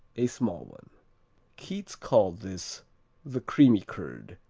a small one keats called this the creamy curd,